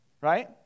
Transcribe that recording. right